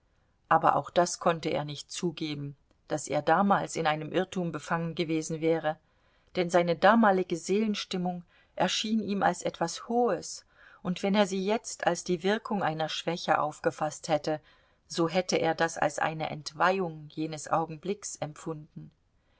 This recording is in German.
aber auch das konnte er nicht zugeben daß er damals in einem irrtum befangen gewesen wäre denn seine damalige seelenstimmung erschien ihm als etwas hohes und wenn er sie jetzt als die wirkung einer schwäche aufgefaßt hätte so hätte er das als eine entweihung jenes augenblicks empfunden